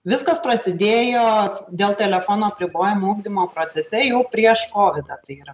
viskas prasidėjo dėl telefono apribojimų ugdymo procese jau prieš kovidą tai yra